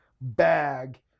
bag